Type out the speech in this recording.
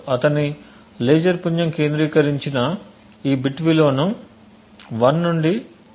అతని లేజర్ పుంజం కేంద్రీకరించిన ఈ బిట్ విలువను 1 నుండి ఫాల్టీ వాల్యూ 0 కు మారుస్తాడు